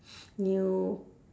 new